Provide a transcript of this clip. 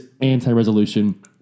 anti-resolution